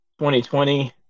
2020